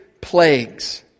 plagues